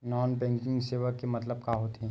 Non banking सेवा के मतलब का होथे?